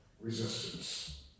resistance